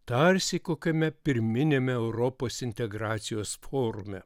tarsi kokiame pirminiame europos integracijos forume